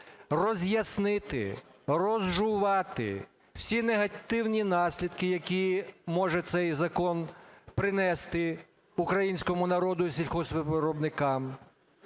роз'яснити, "розжувати" всі негативні наслідки, які може цей закон принести українському народу і сільгоспвиробникам.